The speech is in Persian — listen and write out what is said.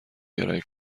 کرایه